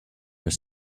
are